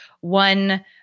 one